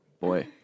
boy